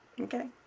Okay